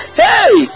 hey